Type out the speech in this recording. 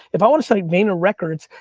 if i wanna start vayner records,